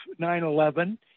9-11